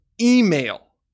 email